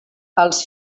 els